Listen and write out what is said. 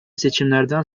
seçimlerden